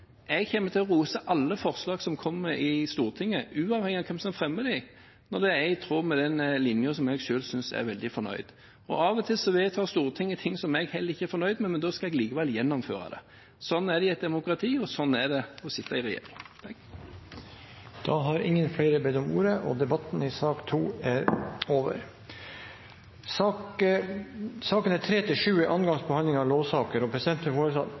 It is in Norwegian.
jeg kommer til å rose alle forslag som kommer i Stortinget, uavhengig av hvem som fremmer dem, når de er i tråd med den linjen som jeg selv er fornøyd med. Av og til vedtar Stortinget ting som heller ikke jeg er fornøyd med, men jeg skal likevel gjennomføre det. Sånn er det i et demokrati, og sånn er det å sitte i regjering. Flere har ikke bedt om ordet til sak nr. 2. Sakene nr. 3–7 er andre gangs behandling av lovsaker, og presidenten vil foreslå at sakene behandles under ett. – Det anses vedtatt. Ingen har